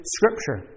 Scripture